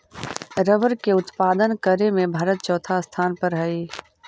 rubber के उत्पादन करे में भारत चौथा स्थान पर हई